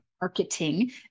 marketing